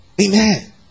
Amen